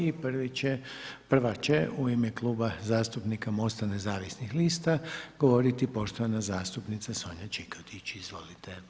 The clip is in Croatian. I prva će u ime Kluba zastupnika MOST-a nezavisnih lista govoriti poštovana zastupnica Sonja Čikotić, izvolite.